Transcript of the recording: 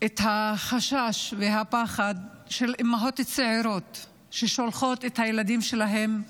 את החשש והפחד של אימהות צעירות ששולחות את הילדים שלהן,